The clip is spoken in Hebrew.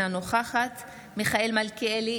אינה נוכחת מיכאל מלכיאלי,